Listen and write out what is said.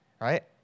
right